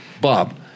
Bob